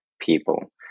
people